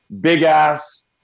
big-ass